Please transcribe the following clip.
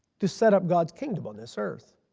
to set up god's kingdom on this earth.